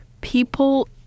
people